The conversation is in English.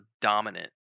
dominant